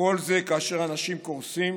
וכל זה כאשר אנשים קורסים